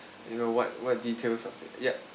you know what what details of the yup